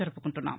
జరుపుకుంటున్నాం